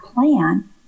plan